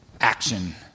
Action